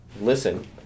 Listen